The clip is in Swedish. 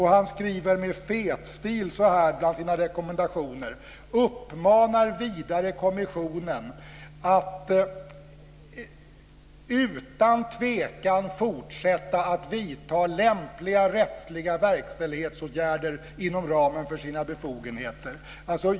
Han skriver med fetstil bland sina rekommendationer: Uppmanar vidare kommissionen att utan tvekan fortsätta att vidta lämpliga rättsliga verkställighetsåtgärder inom ramen för sina befogenheter.